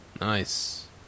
Nice